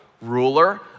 ruler